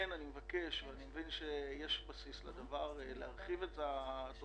שכן ציין שיש יישובים שלמים שנשענים על ארנונה של